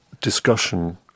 discussion